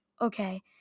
okay